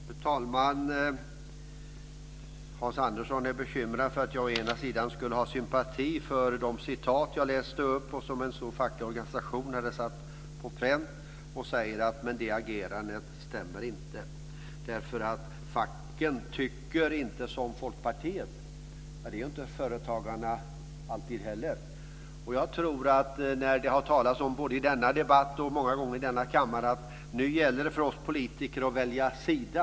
Fru talman! Hans Andersson är bekymrad för att jag skulle ha sympati för de citat jag läste upp, som en stor facklig organisation hade satt på pränt, och säger att det agerandet inte stämmer eftersom facken inte tycker som Folkpartiet. Det gör inte företagarna alltid heller. Både i denna debatt och många andra gånger i denna kammare har det talats om att nu gäller det för oss politiker att välja sida.